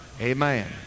Amen